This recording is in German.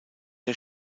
der